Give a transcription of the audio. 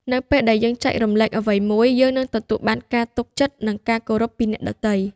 នៅពេលដែលយើងចែករំលែកអ្វីមួយ យើងនឹងទទួលបានការទុកចិត្ត និងការគោរពពីអ្នកដទៃ។